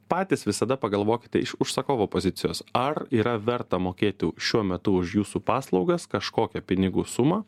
patys visada pagalvokite iš užsakovo pozicijos ar yra verta mokėti šiuo metu už jūsų paslaugas kažkokią pinigų sumą